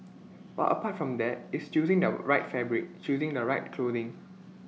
but apart from that it's choosing the right fabric choosing the right clothing